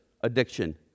addiction